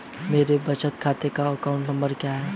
मेरे बचत खाते का अकाउंट नंबर क्या है?